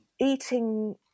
Eating